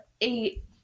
eight